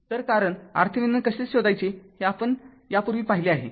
तर कारण RThevenin कसे शोधायचे हे आपण यापूर्वी पाहिले आहे